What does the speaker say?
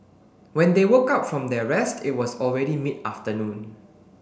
when they woke up from their rest it was already mid afternoon